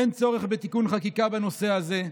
אין צורך בתיקון חקיקה בנושא הזה.